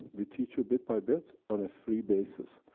we teach you bit by bit, on a free basis.